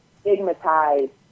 stigmatized